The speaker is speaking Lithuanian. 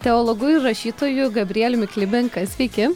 teologu ir rašytoju gabrieliumi klimenka sveiki